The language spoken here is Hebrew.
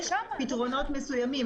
יש פתרונות מסוימים.